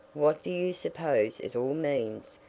what do you suppose it all means?